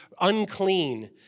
unclean